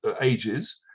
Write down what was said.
ages